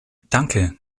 danke